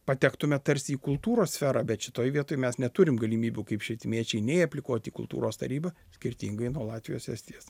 patektume tarsi į kultūros sferą bet šitoj vietoj mes neturim galimybių kaip švietimiečiai nei aplikuoti kultūros taryba skirtingai nuo latvijos estijos